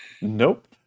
Nope